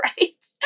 right